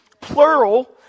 plural